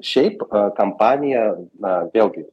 šiaip kampanija na vėlgi